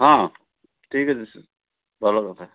ହଁ ଠିକ୍ ଅଛି ଭଲ କଥା